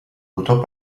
botó